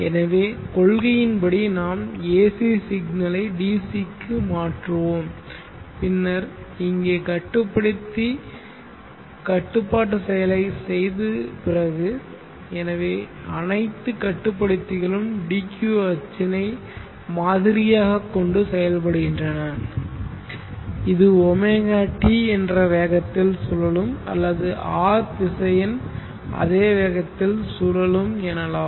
எனவே கொள்கையின்படி நாம் AC சிக்னலை DC க்கு மாற்றுவோம் பின்னர் இங்கே கட்டுப்படுத்தி கட்டுப்பாட்டு செயலைச் செய்து பிறகு எனவே அனைத்து கட்டுப்படுத்திகளும் dq அச்சினை மாதிரியாக கொண்டு செயல்படுகின்றன இது ɷt என்ற வேகத்தில் சுழலும் அல்லது R திசையன் அதே வேகத்தில் சுழலும் எனலாம்